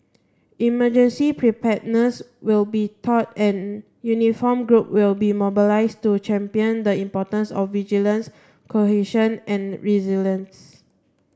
emergency preparedness will be taught and uniformed group will be mobilised to champion the importance of vigilance cohesion and resilience